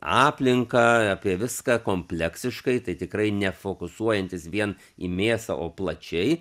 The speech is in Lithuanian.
aplinką apie viską kompleksiškai tai tikrai nefokusuojantys vien į mėsą o plačiai